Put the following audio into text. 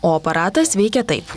o aparatas veikia taip